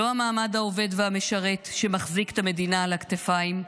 לא המעמד העובד והמשרת שמחזיק את המדינה על הכתפיים.